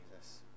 Jesus